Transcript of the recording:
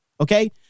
Okay